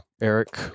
eric